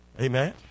Amen